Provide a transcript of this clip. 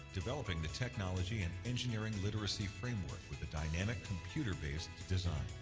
developing the technology and engineering literacy framework with a dynamic computer-based design.